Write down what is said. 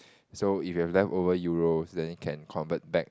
so if you have leftover Euros then you can convert back